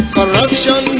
Corruption